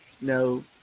No